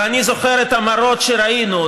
ואני זוכר את המראות שראינו,